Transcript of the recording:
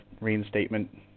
reinstatement